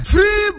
Free